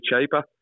cheaper